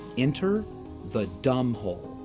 enter the dumbhole.